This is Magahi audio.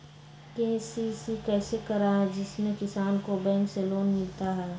के.सी.सी कैसे कराये जिसमे किसान को बैंक से लोन मिलता है?